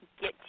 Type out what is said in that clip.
Get